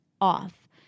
off